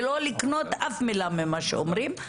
ולא לקנות אף מילה ממה שאומרים,